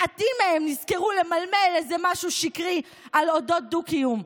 מעטים מהם נזכרו למלמל איזה משהו שקרי על אודות דו-קיום.